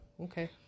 Okay